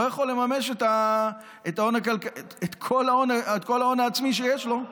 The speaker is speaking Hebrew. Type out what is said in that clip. לא יכול לממש את כל ההון העצמי שיש לו.